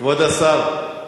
כבוד השר,